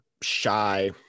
shy